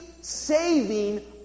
saving